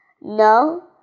No